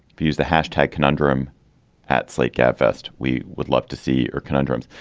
use the hashtag conundrum at slate gabfest. we would love to see or conundrums.